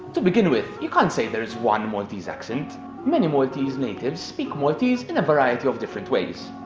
to begin with, you can't say there is one maltese accent many maltese natives speak maltese in a variety of different ways.